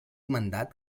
mandat